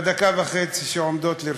בדקה וחצי שעומדות לרשותי.